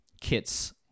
Kit's